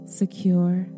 secure